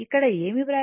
ఇక్కడ ఏమి వ్రాయబడింది